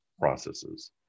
processes